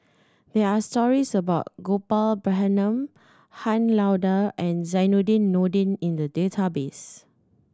there are stories about Gopal Baratham Han Lao Da and Zainudin Nordin in the database